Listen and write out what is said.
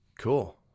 Cool